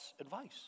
advice